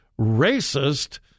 racist